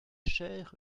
cher